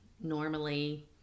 normally